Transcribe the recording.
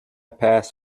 pass